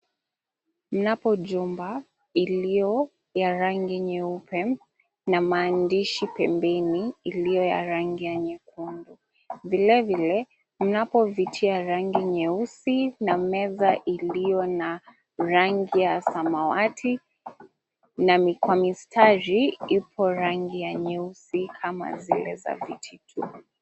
Mnapo jumba iliyo ya rangi nyeupe, na maandishi pembeni iliyo ya rangi ya nyekundu. Vilevile mnapo viti ya rangi nyeusi, na meza iliyo na rangi ya samawati, na kwa mistari ipo rangi ya nyeusi kama zile za viti tu.